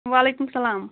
وعلیکُم سلام